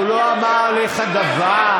הוא לא אמר לך דבר.